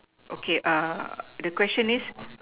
okay err the question is